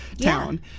town